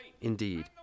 Indeed